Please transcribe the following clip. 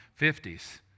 50s